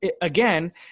again